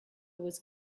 was